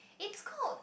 it's